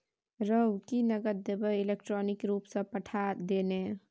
रौ की नगद देबेय इलेक्ट्रॉनिके रूपसँ पठा दे ने